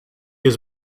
has